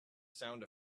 sound